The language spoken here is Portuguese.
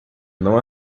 não